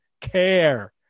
care